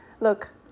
Look